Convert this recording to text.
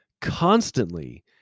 constantly